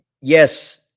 Yes